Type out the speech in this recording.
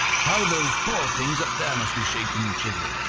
how those poor things up there must be shaking and shivering!